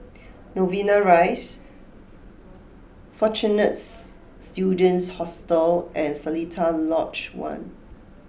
Novena Rise Fortune's Students Hostel and Seletar Lodge One